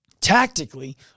tactically